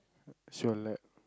she'll let